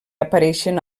apareixen